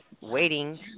Waiting